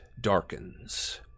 darkens